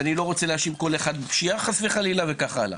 ואני לא רוצה להאשים כל אחד בפשיעה חס וחלילה וכן הלאה.